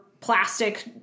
plastic